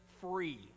free